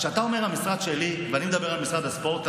אתה אומר "המשרד שלי" ואני מדבר על משרד הספורט.